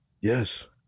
yes